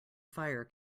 fire